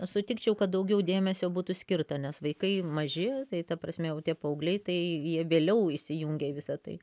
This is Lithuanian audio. sutikčiau kad daugiau dėmesio būtų skirta nes vaikai maži tai ta prasme jau tie paaugliai tai jie vėliau įsijungė į visa tai